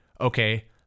okay